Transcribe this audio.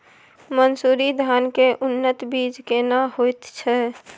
मन्सूरी धान के उन्नत बीज केना होयत छै?